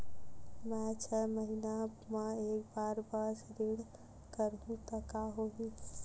मैं छै महीना म एक बार बस ऋण करहु त का होही?